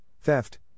theft